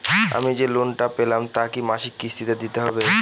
আমি যে লোন টা পেলাম তা কি মাসিক কিস্তি তে দিতে হবে?